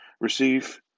Receive